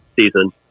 season